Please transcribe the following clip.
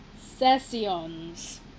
sessions